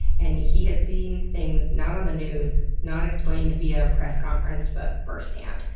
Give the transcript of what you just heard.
and he has seen things, not on the news, not explained via press conference, but firsthand.